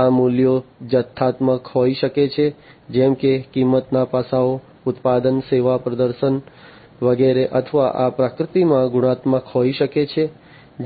આ મૂલ્યો જથ્થાત્મક હોઈ શકે છે જેમ કે કિંમતના પાસાઓ ઉત્પાદન સેવા પ્રદર્શન વગેરે અથવા આ પ્રકૃતિમાં ગુણાત્મક હોઈ શકે છે